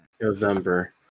November